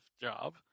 job